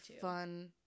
fun